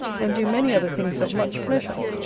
and do many other things of much pleasure.